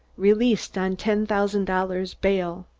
released on ten thousand dollars bail.